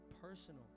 personal